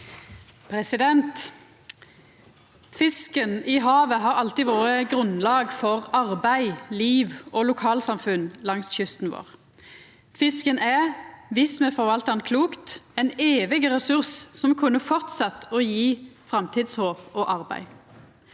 Fisken i havet har all- tid vore grunnlag for arbeid, liv og lokalsamfunn langs kysten vår. Viss me forvaltar han klokt, er fisken ein evig ressurs som kunne fortsett å gje framtidshåp og arbeid.